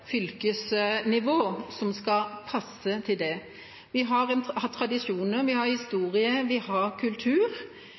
fylkesnivå som skal passe til det. Vi har tradisjoner, vi har